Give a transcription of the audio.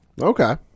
Okay